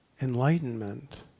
enlightenment